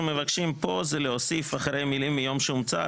מבקשים פה זה להוסיף אחרי המילים "מיום שהומצא",